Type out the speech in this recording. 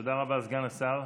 תודה רבה, סגן השר.